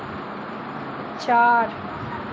চার